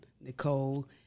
Nicole